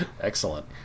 Excellent